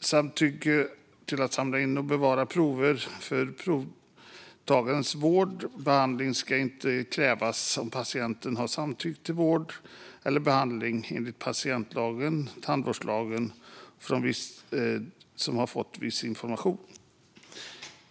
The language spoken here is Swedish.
Samtycke till att samla in och bevara prover för provgivarens vård eller behandling ska inte krävas om patienten har samtyckt till vård eller behandling enligt patientlagen eller tandvårdslagen och fått viss information.